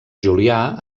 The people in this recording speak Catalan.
julià